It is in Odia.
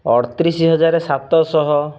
ଅଠ ତିରିଶି ହଜାର ସାତଶହ